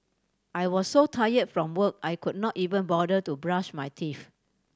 I was so tire from work I could not even bother to brush my teeth